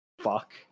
fuck